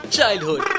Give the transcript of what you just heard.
Childhood